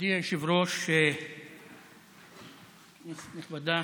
מכובדי היושב-ראש, כנסת נכבדה,